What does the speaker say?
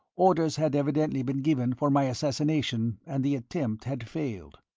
orders had evidently been given for my assassination and the attempt had failed.